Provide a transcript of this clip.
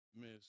Miss